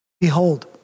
Behold